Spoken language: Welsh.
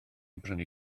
brynu